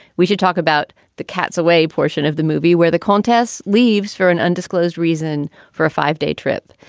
we should talk about the cat's away portion of the movie where the contest's leaves for an undisclosed reason for a five day trip.